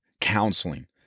counseling